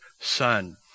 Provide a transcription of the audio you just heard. son